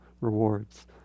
rewards